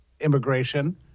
Immigration